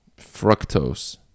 fructose